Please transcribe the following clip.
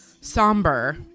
somber